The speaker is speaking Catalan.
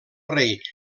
rei